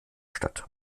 statt